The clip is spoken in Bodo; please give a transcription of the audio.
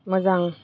मोजां